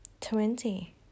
Twenty